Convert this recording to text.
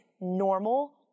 normal